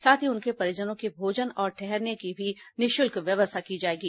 साथ ही उनके परिजनों के भोजन तथा ठहरने की भी निःशुल्क व्यवस्था की जाएगी